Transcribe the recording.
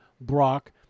Brock